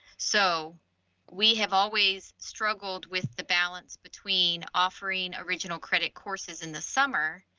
so we have always struggled with the balance between offering original credit courses in the summer.